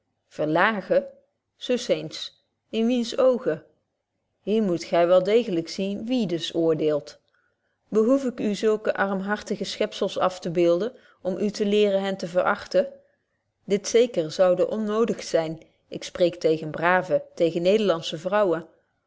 verlagen sus eens in wiens oogen hier moet men wel degelyk zien wie dus oordeelt behoef ik u zulke armhartige schepzels aftebeelden om u te leren hen verachten dit zeker zoude onnodig zyn ik spreek tegen brave tegen nederlandsche vrouwen